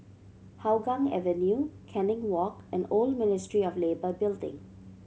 Hougang Avenue Canning Walk and Old Ministry of Labour Building